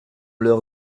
leur